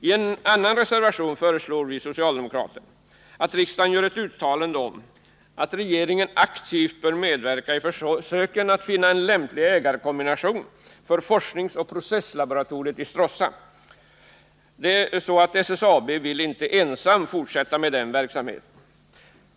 I en annan reservation föreslår vi socialdemokrater att riksdagen gör ett uttalande att regeringen aktivt bör medverka i försöken att finna en lämplig ägarkombination för forskningsoch processlaboratoriet i Stråssa. SSAB vill inte fortsätta ensamt med den verksamheten.